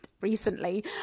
recently